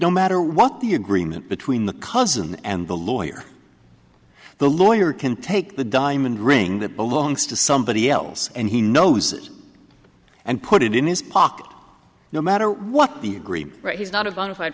no matter what the agreement between the cousin and the lawyer the lawyer can take the diamond ring that belongs to somebody else and he knows it and put it in his pocket no matter what the agree that he's not a bona fide